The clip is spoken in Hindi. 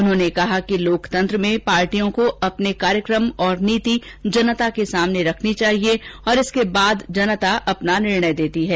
उन्होंने कहा कि लोकतंत्र में पार्टियों को अपने कार्यक्रम और नीति जनता के सामने रखनी चाहिए और इसके बाद जनता अपना निर्णय देती है